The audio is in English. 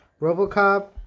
Robocop